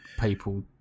people